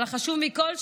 אבל החשוב מכול,